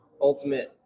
ultimate